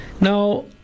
Now